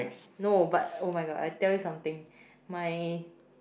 no but oh-my-god I tell you something my